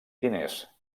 diners